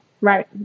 Right